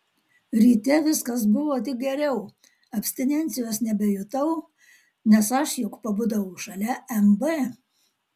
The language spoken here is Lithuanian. ryte viskas buvo tik geriau abstinencijos nebejutau nes aš juk pabudau šalia mb